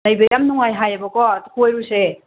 ꯂꯩꯕ ꯌꯥꯝ ꯅꯨꯡꯉꯥꯏ ꯍꯥꯏꯌꯦꯕꯀꯣ ꯑꯗꯨ ꯀꯣꯏꯔꯨꯁꯦ